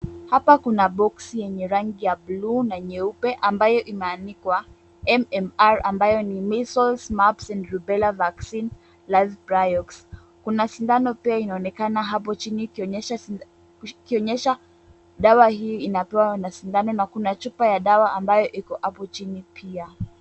Hapa kuna boksi yenye rangi ya bluu na nyeupe ambayo imeandikwa MMR ambayo ni Measles, Mumps and Rubella Vaccine Live Priorix. Kuna sindano pia inaonekana hapo chini ikionyesha dawa hii inapewa na sindano na kuna chupa ya dawa ambayo iko hapo chini pia.